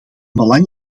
belang